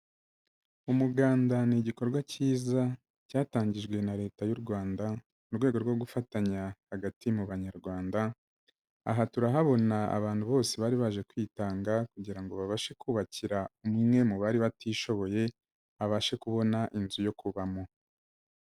Umuganda ni igikorwa cyiza cyatangijwe na Leta y'u Rwanda mu rwego rwo gufatanya hagati mu banyarwanda, aha turahabona abantu bose bari baje kwitanga kugira babashe kubakira umwe mu bari batishoboye, abashe kubona inzu yo kubamo.